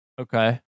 Okay